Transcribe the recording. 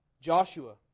Joshua